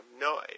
no